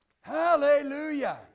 hallelujah